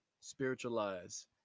spiritualize